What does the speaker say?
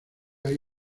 hay